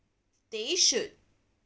they should